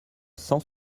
cent